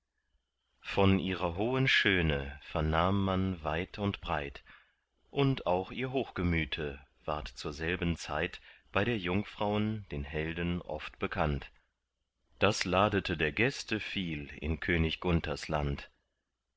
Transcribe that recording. von ihrer hohen schöne vernahm man weit und breit und auch ihr hochgemüte ward zur selben zeit bei der jungfrauen den helden oft bekannt das ladete der gäste viel in könig gunthers land